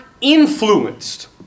influenced